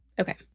Okay